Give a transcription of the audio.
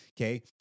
Okay